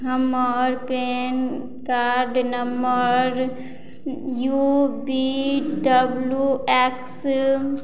हमर PAN card number U V W x